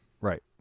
Right